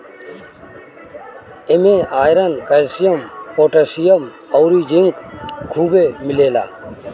इमे iron, calcium, potassium अउरी zinc खुबे मिलेला